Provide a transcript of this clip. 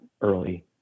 early